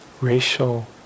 racial